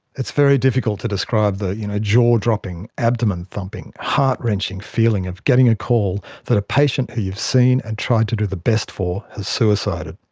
it's very difficult to describe the you know jaw dropping, abdomen thumping, heart wrenching feeling of getting a call that a patient who you've seen and tried to do the best for has suicided.